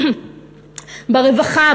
ברווחה,